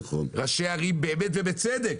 ראשי ערים, ובאמת, ובצדק.